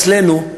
אצלנו,